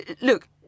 Look